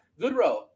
Goodrow